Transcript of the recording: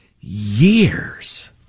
Years